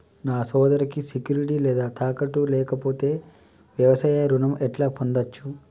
నా సోదరికి సెక్యూరిటీ లేదా తాకట్టు లేకపోతే వ్యవసాయ రుణం ఎట్లా పొందచ్చు?